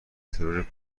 ترور